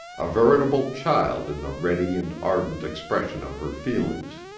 a veritable child in the ready and ardent expression of her feelings.